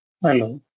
Hello